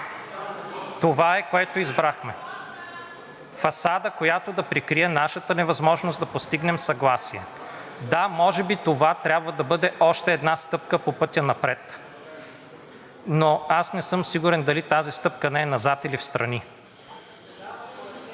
Това е, което избрахме – фасада, която да прикрие нашата невъзможност да постигнем съгласие. Да, може би това трябва да бъде още една стъпка по пътя напред, но аз не съм сигурен дали тази стъпка не е назад или встрани.